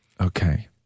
Okay